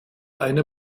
eine